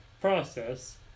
process